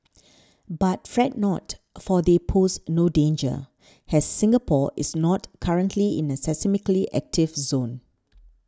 but fret not for they pose no danger has Singapore is not currently in a seismically active zone